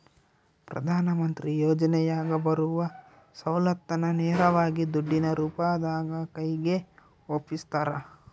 ಪ್ರಧಾನ ಮಂತ್ರಿ ಯೋಜನೆಯಾಗ ಬರುವ ಸೌಲತ್ತನ್ನ ನೇರವಾಗಿ ದುಡ್ಡಿನ ರೂಪದಾಗ ಕೈಗೆ ಒಪ್ಪಿಸ್ತಾರ?